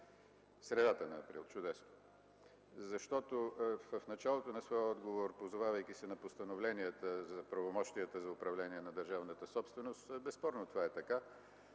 средата на април?! Чудесно! В началото на своя отговор, позовавайки се на постановленията за правомощията за управление на държавната собственост, безспорно това е така.